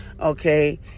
okay